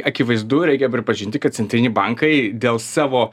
akivaizdu reikia pripažinti kad centriniai bankai dėl savo